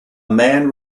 man